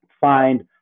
find